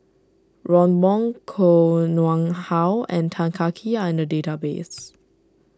Ron Wong Koh Nguang How and Tan Kah Kee are in the database